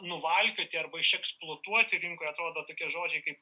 nuvalkioti arba išeksploatuoti ir rinkoj atrodo tokie žodžiai kaip